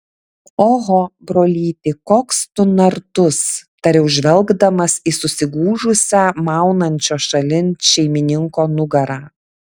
oho brolyti koks tu nartus tariau žvelgdamas į susigūžusią maunančio šalin šeimininko nugarą